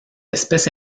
espèce